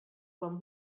quan